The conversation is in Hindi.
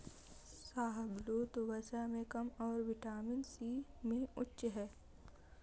शाहबलूत, वसा में कम और विटामिन सी में उच्च है